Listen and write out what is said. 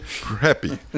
happy